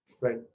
Right